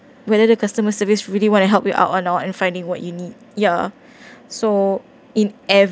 whether the customer service really wanna help you out or not and finding what you need ya so in